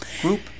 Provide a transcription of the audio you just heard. group